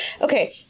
okay